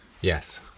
Yes